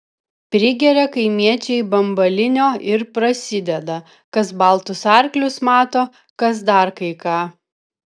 prigeria kaimiečiai bambalinio ir prasideda kas baltus arklius mato kas dar kai ką